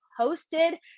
hosted